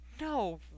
No